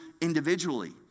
individually